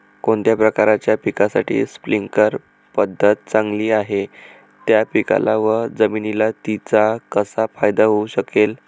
कोणत्या प्रकारच्या पिकासाठी स्प्रिंकल पद्धत चांगली आहे? त्या पिकाला व जमिनीला तिचा कसा फायदा होऊ शकेल?